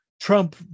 Trump